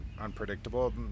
unpredictable